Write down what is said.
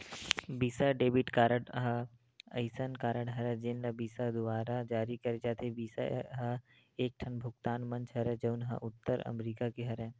बिसा debit card ह असइन कारड हरय जेन ल बिसा दुवारा जारी करे जाथे, बिसा ह एकठन भुगतान मंच हरय जउन ह उत्तर अमरिका के हरय